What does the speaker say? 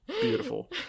Beautiful